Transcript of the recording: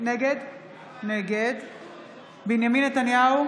נגד בנימין נתניהו,